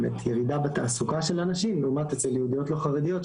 ירידה בתעסוקה של הנשים לעומת אצל יהודיות לא חרדיות,